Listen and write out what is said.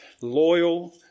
loyal